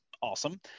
awesome